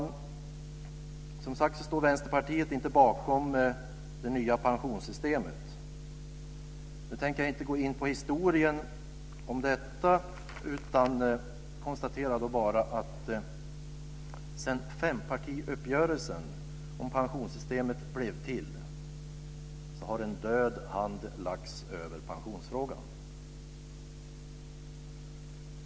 Vänsterpartiet står, som sagt var, inte bakom det nya pensionssystemet. Jag tänker inte gå in på historien om detta, utan konstaterar bara att sedan fempartiuppgörelsen om pensionssystemet blev till har en död hand lagts över pensionsfrågan.